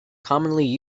commonly